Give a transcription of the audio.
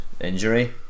injury